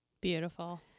Beautiful